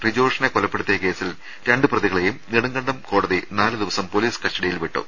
റിജോഷിനെ കൊലപ്പെടുത്തിയ കേസിൽ രണ്ട് പ്രതികളെയും നെടുങ്കണ്ടം കോടതി നാലു ദിവസം പൊലീസ് കസ്റ്റഡിയിൽ വിട്ടു